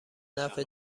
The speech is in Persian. نفع